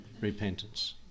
Repentance